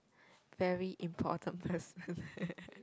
very important person